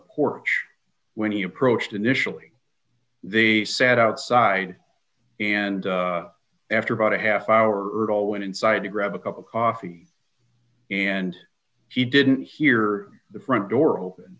porch when he approached initially they sat outside and after about a half hour earlier went inside to grab a cup of coffee and he didn't hear the front door open